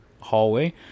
hallway